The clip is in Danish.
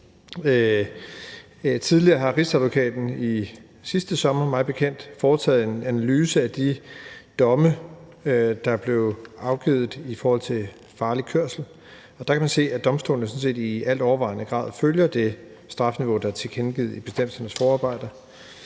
Tidligere har Rigsadvokaten – det var mig bekendt sidste sommer – foretaget en analyse af de domme, der blev afgivet i forhold til farlig kørsel, og der kan man se, at domstolene sådan set i altovervejende grad følger det strafniveau, der er tilkendegivet i bestemmelsernes forarbejder.